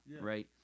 right